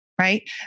Right